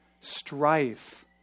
strife